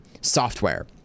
software